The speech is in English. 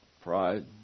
pride